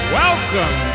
welcome